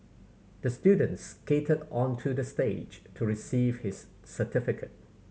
the student skated onto the stage to receive his certificate